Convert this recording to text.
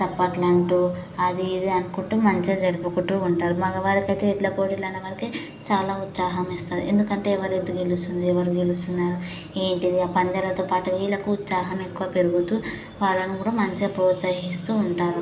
చప్పట్లు అంటూ అది ఇది అనుకుంటూ మంచిగా జరుపుకుంటూ ఉంటారు మగవాళ్ళకి అయితే ఎడ్ల పోటీలు ఉన్నవారికి చాలా ఉత్సాహం ఇస్తుంది ఎందుకంటే ఎవరి ఎద్దు గెలుస్తుంది ఎవరు గెలుస్తుంది ఏంటి ఇది ఆ పందాలతో పాటు వీళ్ళకు ఉత్సాహం ఎక్కువ పెరుగుతూ వాళ్ళను కూడా మంచిగా ప్రోత్సహిస్తూ ఉంటారు